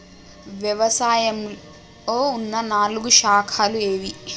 వ్యవసాయంలో ఉన్న నాలుగు శాఖలు ఏవి?